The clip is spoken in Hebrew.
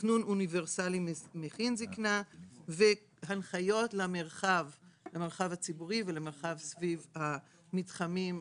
תכנון אוניברסלי מכיל זקנה והנחיות למרחב הציבורי ולמרחב סביב המתחמים,